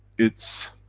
it's,